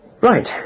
Right